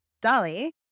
Dolly